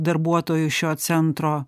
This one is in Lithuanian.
darbuotojų šio centro